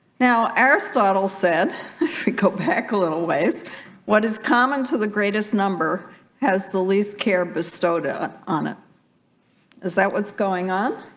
now aristotle said if we go back a little ways what is common to the greatest number has the least care bestowed ah on it is that what's going on